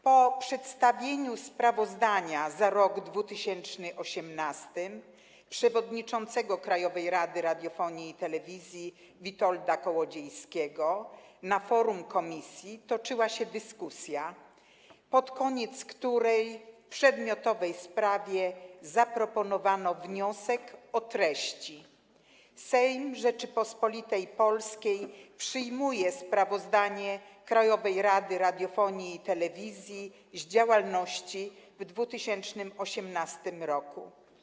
Po przedstawieniu sprawozdania za rok 2018 przez przewodniczącego Krajowej Rady Radiofonii i Telewizji Witolda Kołodziejskiego na forum komisji toczyła się dyskusja, pod koniec której w przedmiotowej sprawie zaproponowano wniosek o treści: Sejm Rzeczypospolitej Polskiej przyjmuje sprawozdanie Krajowej Rady Radiofonii i Telewizji z działalności w 2018 r.